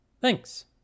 Thanks